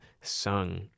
sung